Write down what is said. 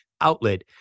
outlet